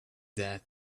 that